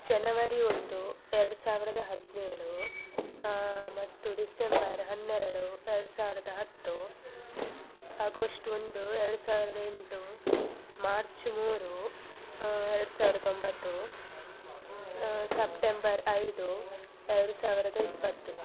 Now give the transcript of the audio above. ಜನವರಿ ಒಂದು ಎರಡು ಸಾವಿರದ ಹದಿನೇಳು ಮತ್ತು ಡಿಸೆಂಬರ್ ಹನ್ನೆರಡು ಎರಡು ಸಾವಿರದ ಹತ್ತು ಅಗೋಷ್ಟ್ ಒಂದು ಎರಡು ಸಾವಿರದ ಎಂಟು ಮಾರ್ಚ್ ಮೂರು ಎರಡು ಸಾವಿರದ ಒಂಬತ್ತು ಸೆಪ್ಟಂಬರ್ ಐದು ಎರಡು ಸಾವಿರದ ಇಪ್ಪತ್ತು